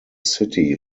city